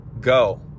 go